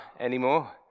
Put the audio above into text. anymore